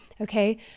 okay